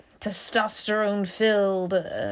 testosterone-filled